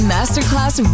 Masterclass